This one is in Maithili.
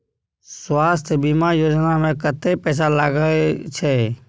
स्वास्थ बीमा योजना में कत्ते पैसा लगय छै?